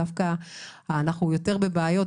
אנחנו דווקא יותר בבעיות,